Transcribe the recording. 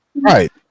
Right